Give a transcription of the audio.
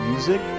Music